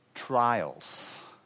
Trials